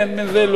פטנט "מן ד'ילה".